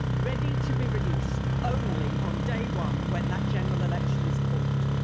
ready to be released only on day one when that general election is called.